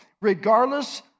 regardless